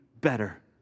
better